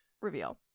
reveal